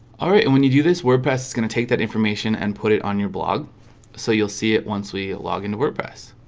all right, and when you do this wordpress is gonna take that information and put it on your blog so you'll see it once we log into wordpress